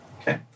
Okay